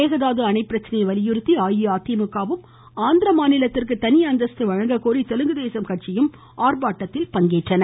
மேகதாது அணை பிரச்சனையை வலியுறுத்தி அஇஅதிமுகவும் ஆந்திராவிற்கு தனி அந்தஸ்து வழங்க கோரி தெலுங்குதேசம் கட்சியும் ஆர்ப்பாட்டத்தில் ஈடுபட்டன